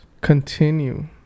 continue